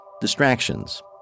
Distractions